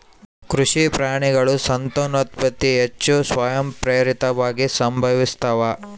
ಕೃಷಿ ಪ್ರಾಣಿಗಳ ಸಂತಾನೋತ್ಪತ್ತಿ ಹೆಚ್ಚು ಸ್ವಯಂಪ್ರೇರಿತವಾಗಿ ಸಂಭವಿಸ್ತಾವ